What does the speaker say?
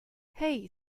hey